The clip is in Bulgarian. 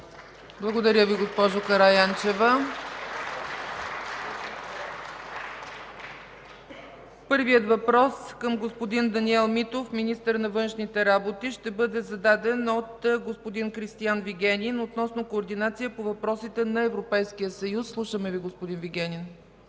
Благодаря Ви, госпожо Караянчева. Първият въпрос към господин Даниел Митов – министър на външните работи, ще бъде зададен от господин Кристиан Вигенин – относно координация по въпросите на Европейския съюз. Слушаме Ви, господин Вигенин.